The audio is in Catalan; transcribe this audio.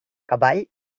cavall